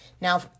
Now